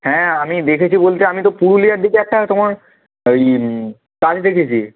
হ্যাঁ আমি দেখেছি বলতে আমি তো পুরুলিয়ার দিকে একটা তোমার ওই কাজ দেখেছি